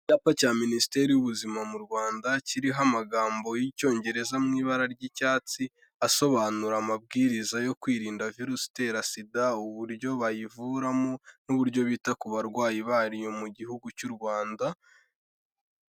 Icyapa cya minisiteri y'ubuzima mu Rwanda kiriho amagambo y'icyongereza mu ibara ry'icyatsi, asobanura amabwiriza yo kwirinda virusi itera sida, uburyo bayivuramo n'uburyo bita ku barwayi bayo mu gihugu cy'u Rwanda.